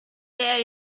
there